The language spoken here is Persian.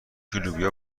لوبیا